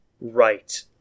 Right